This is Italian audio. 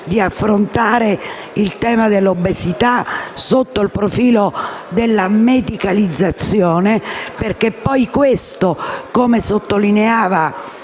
di affrontare il tema dell'obesità sotto il profilo della medicalizzazione perché poi questo, come sottolineava